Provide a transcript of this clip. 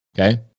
Okay